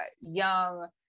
young